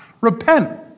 repent